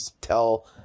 tell